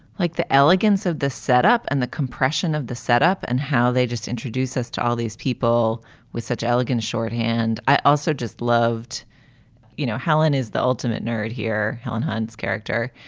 like, the elegance of the setup and the compression of the setup and how they just introduce us to all these people with such elegant shorthand i also just loved you know, helen is the ultimate nerd here. helen hunt's character,